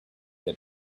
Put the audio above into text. that